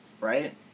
Right